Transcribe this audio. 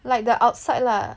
like the outside lah